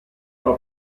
alla